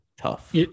tough